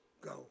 go